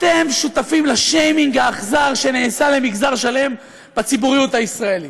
אתם שותפים לשיימינג האכזר שנעשה למגזר שלם בציבוריות הישראלית.